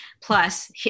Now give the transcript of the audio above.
Plus